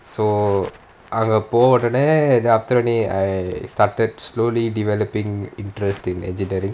so அங்க போன ஒடனே:ananga pona odanae then after only I started slowly developing interest in engineering